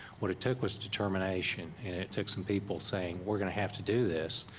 what it took was determination, and it took some people saying we're gonna have to do this.